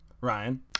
Ryan